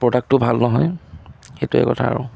প্ৰ'ডাক্টটো ভাল নহয় সেইটোৱেই কথা আৰু